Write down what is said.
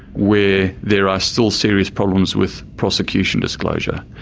where there are still serious problems with prosecution disclosure.